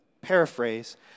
paraphrase